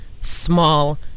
small